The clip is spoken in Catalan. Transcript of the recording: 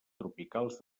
tropicals